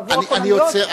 בעבור הכוננויות.